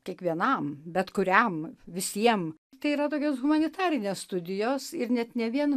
kiekvienam bet kuriam visiem tai yra tokios humanitarinės studijos ir net ne vien